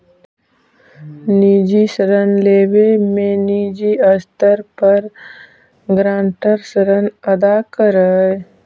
निजी ऋण लेवे में निजी स्तर पर गारंटर ऋण अदा करऽ हई